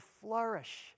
flourish